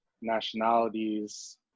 nationalities